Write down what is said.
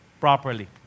properly